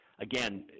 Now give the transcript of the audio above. again